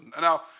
Now